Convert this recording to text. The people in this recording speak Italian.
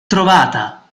trovata